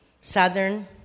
Southern